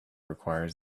requires